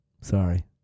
Sorry